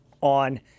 on